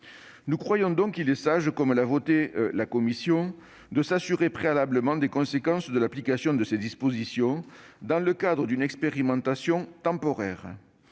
Nous croyons donc qu'il est sage, comme le prévoit le texte voté par la commission, de s'assurer préalablement des conséquences de l'application de ces dispositions, dans le cadre d'une expérimentation temporaire.